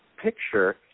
picture